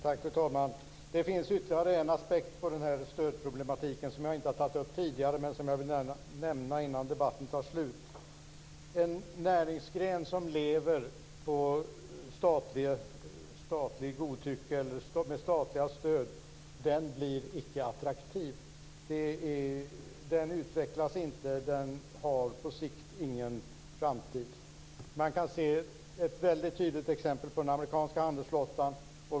Fru talman! Det finns ytterligare en aspekt på den här stödproblematiken som jag inte har tagit upp tidigare men som jag vill nämna innan debatten tar slut. En näringsgren som lever på statligt godtycke eller med statliga stöd blir icke attraktiv. Den utvecklas inte, och den har på sikt ingen framtid. Man kan se ett väldigt tydligt exempel i den amerikanska handelsflottan.